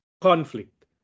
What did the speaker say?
conflict